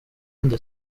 nde